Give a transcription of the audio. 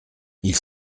ils